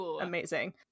amazing